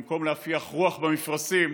במקום להפיח רוח במפרשים,